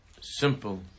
simple